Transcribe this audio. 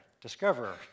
discoverer